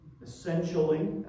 Essentially